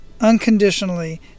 unconditionally